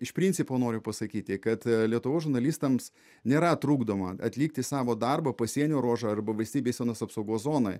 iš principo noriu pasakyti kad lietuvos žurnalistams nėra trukdoma atlikti savo darbą pasienio ruožo arba valstybės sienos apsaugos zonoj